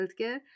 healthcare